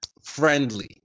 friendly